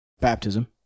baptism